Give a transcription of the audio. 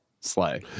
slay